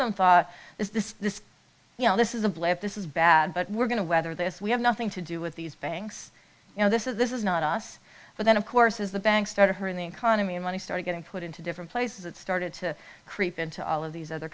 them thought is this this you know this is a blip this is bad but we're going to weather this we have nothing to do with these banks you know this is this is not us but then of course as the banks started hurting the economy and money started getting put into different places it started to creep into all of these other